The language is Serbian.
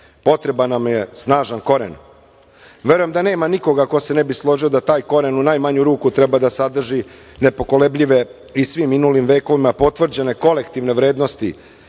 potreban nam je snažan koren. Verujem da nema nikoga ko se ne bi složio da taj koren u najmanju ruku treba da sadrži nepokolebljive i svim minulim vekovima potvrđene kolektivne vrednosti,